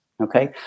Okay